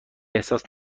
احساس